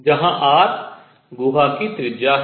जहां r गुहा की त्रिज्या है